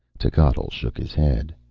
techotl shook his head.